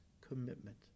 commitment